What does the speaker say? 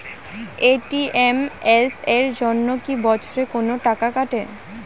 ATM এর জন্যে কি বছরে কোনো টাকা কাটে?